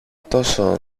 τόσο